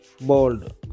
Bold